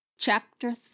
Chapter